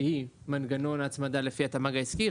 שהיא מנגנון הצמדה לפי התמ"ג העסקי,